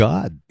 God